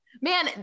man